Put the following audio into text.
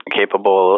capable